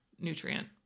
nutrient